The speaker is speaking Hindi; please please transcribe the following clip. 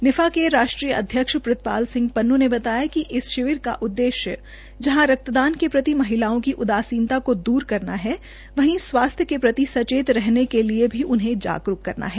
निफा के राष्ट्रीय अध्यक्ष प्रितपाल सिंह पन्नू ने बताया कि इस शिविर का उद्देश्य जहां रक्तदान के प्रति महिलाओं की उदासीनता को दूर रकना है वहीं स्वास्थ्य के प्रति सचेत रहने के लिए उन्हें जागरूक करना है